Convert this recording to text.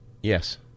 Yes